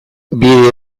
bide